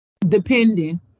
Depending